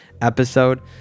episode